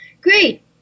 Great